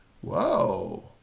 Whoa